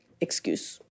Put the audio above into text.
excuse